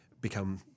become